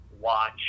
watch